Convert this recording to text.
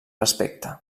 respecte